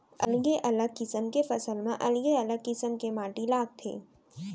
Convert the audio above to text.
अलगे अलग किसम के फसल म अलगे अलगे किसम के माटी लागथे